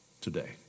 today